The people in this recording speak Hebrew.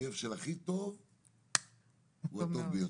האויב של הכי טוב הוא הטוב ביותר.